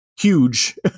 huge